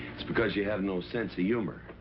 it's because you have no sense of humor.